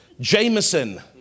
Jameson